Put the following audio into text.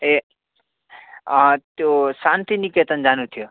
ए त्यो शान्तिनिकेतन जानु थियो